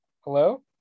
Hello